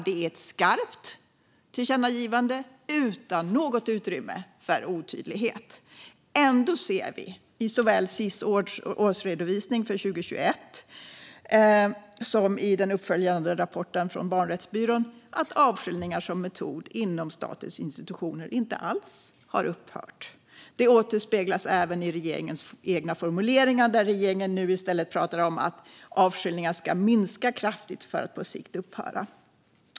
Det är ett skarpt tillkännagivande utan något utrymme för otydlighet. Ändå ser vi i såväl Sis årsredovisning för 2021 som i den uppföljande rapporten från Barnrättsbyrån att avskiljningar som metod inom statens institutioner inte alls har upphört. Det återspeglas även i regeringens egna formuleringar där regeringen nu i stället pratar om att avskiljningar ska minska kraftigt, för att på sikt upphöra.